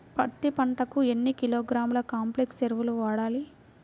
పత్తి పంటకు ఎన్ని కిలోగ్రాముల కాంప్లెక్స్ ఎరువులు వాడాలి?